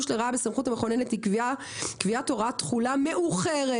לרעה בסמכות המכוננת היא קביעת הוראת תחולה מאוחרת,